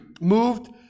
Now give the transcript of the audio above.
moved